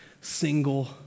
single